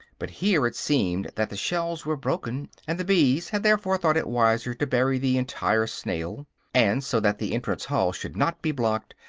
but here it seemed that the shells were broken, and the bees had therefore thought it wiser to bury the entire snail and so that the entrance-hall should not be blocked,